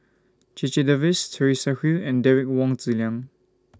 Checha Davies Teresa Hsu and Derek Wong Zi Liang